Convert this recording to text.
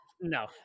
No